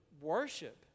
worship